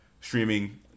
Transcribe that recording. streaming